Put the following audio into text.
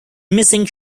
missing